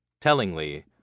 Tellingly